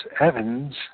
evans